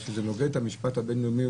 שזה נוגד את המשפט הבין-לאומי,